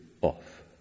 off